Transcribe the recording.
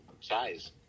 size